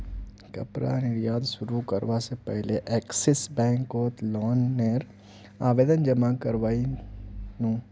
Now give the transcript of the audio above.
कपड़ा निर्यात शुरू करवा से पहले एक्सिस बैंक कोत लोन नेर आवेदन जमा कोरयांईल नू